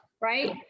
right